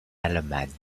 allemagne